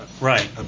Right